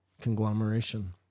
conglomeration